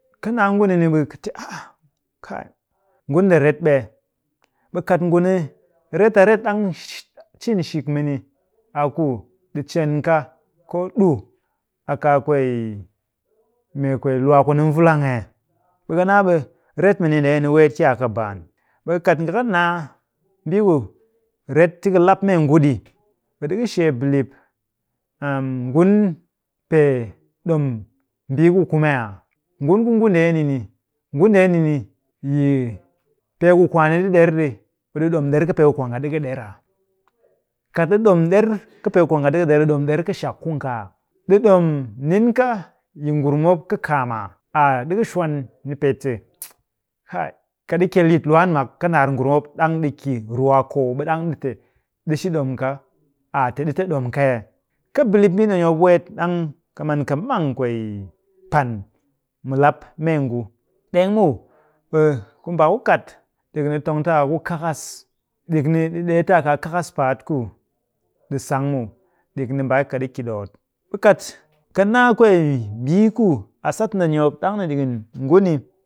Ka naa ngu ndeeni ɓe ka te ah ah kai, ngu nde ret ɓe. ɓe kat nguni ret a ret ɗang cinshik mɨni a ku ɗi cen ka koo ɗu a kaa kwee mee kwee lwaa kuni nvulang ee? Ɓe ka naa ɓe ret mɨni ndeeni weet ki kɨ baan. ɓe kat nga kɨ naa mbii ku ret ti ka lap meengu ɗi, ɓe ɗika shee bilip ngun pee ɗom mbii ku kume aa? Ngun ku ngu ndeeni ni, ngu ndeeni ni yi pee ku kwaani ɗi ɗer ɗi, ɓe ɗi ɗom. ɗer kɨpee ku kwaanga ɗika ɗer aa? Kat ɗi ɗom ɗer kɨpee ku kwaanga ɗika ɗer, ɗi ɗom ɗer kɨshak ku kwaanga aa? Ɗi ɗom nin ka yi ngurum mop kɨ kaam aa? Aa ɗika shwan nipee te kai, ka ɗi kyeel yitlwaan mak kɨnaar ngurum mop ɗang ɗi ki ru a koo ɓe ɗang ɗi te ɗishi ɗom ka, aa te ɗita ɗom ka ee? Ka bilip mbii ndeni mop weet ɗang ka man ka mang kwee pan lap meengu. ɗeng muw, ɓe ku mbaa ku kat ɗik ni ɗi tong ta a ku kakas. ɗik ni ɗi ɗee ta a kaa kakas paat ku ɗi sang muw. ɗik ni mbaa ka ɗi ki ɗoot. ɓe kat ka naa kwee mbii ku a sat ndeni mop ɗang ni ɗikin nguni.